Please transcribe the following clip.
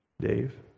Dave